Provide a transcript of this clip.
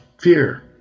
fear